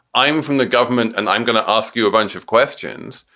i'm from the government and i'm going to ask you a bunch of questions,